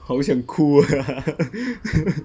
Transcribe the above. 好想哭 ah